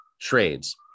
trades